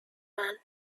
man